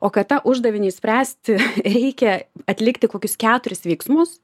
o kad tą uždavinį išspręsti reikia atlikti kokius keturis veiksmus